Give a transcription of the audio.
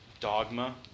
Dogma